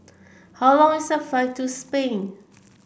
how long is the flight to Spain